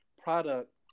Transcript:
product